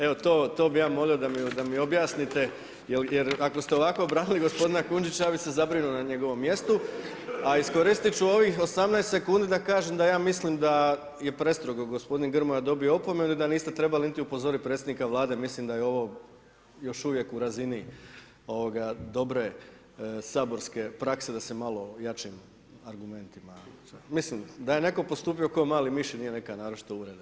Evo to bi ja molio da mi objasnite jer ako ste ovako branili gospodina Kujundžića, ja bi se zabrinuo na njegovom mjestu a iskoristit ću ovih 18 sekundi da kažem da ja mislim da je prestrogo gospodin Grmoja dobio opomenu, da niste trebali niti upozoriti predsjednika Vlade, mislim da je ovo još uvijek u razini dobre saborske prakse da da se malo jače argumentima, mislim, da je netko postupio kao mali miš i nije neka naročita uvreda.